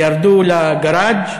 ירדו לגראז'